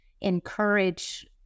encourage